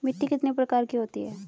मिट्टी कितने प्रकार की होती हैं?